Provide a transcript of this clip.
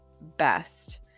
best